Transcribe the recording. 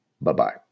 Bye-bye